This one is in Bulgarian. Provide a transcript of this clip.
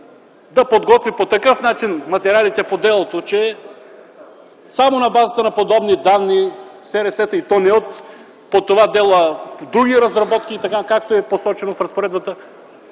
да подготви по такъв начин материалите по делото, че само на базата на подобни данни – СРС-та, и то не по това дело, а по други разработки, така както е посочено в разпоредбата,